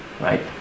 Right